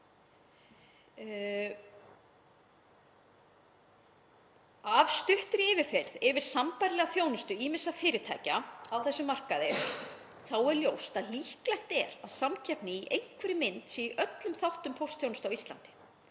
Af stuttri yfirferð yfir sambærilega þjónustu ýmissa fyrirtækja að dæma er ljóst að líklega er samkeppni í einhverri mynd í öllum þáttum póstþjónustu á Íslandi.